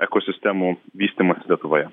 ekosistemų vystymą lietuvoje